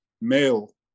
male